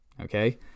Okay